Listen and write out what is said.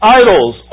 idols